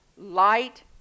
light